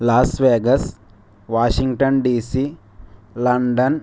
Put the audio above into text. Las Vegas Washington DC London